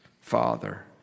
father